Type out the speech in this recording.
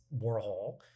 Warhol